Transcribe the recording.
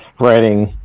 writing